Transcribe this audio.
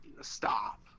stop